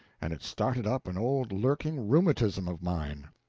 and it started up an old lurking rheumatism of mine.